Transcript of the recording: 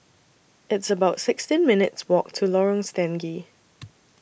It's about sixteen minutes' Walk to Lorong Stangee